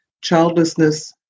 childlessness